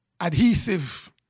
adhesive